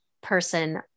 person